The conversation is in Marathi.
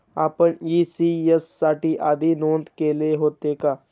आपण इ.सी.एस साठी आधी नोंद केले होते का?